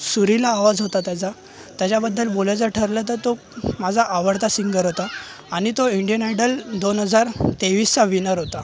सुरीला आवाज होता त्याचा त्याच्याबद्दल बोलायचं ठरलं तर तो माझा आवडता सिंगर होता आणि तो इंडियन आयडल दोन हजार तेवीसचा विनर होता